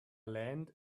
land